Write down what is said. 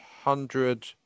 hundred